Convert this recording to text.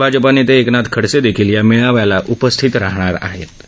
नाराज भाजपा नेते एकनाथ खडसे देखील या मेळाव्याला उपस्थित राहणार आहेत